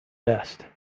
best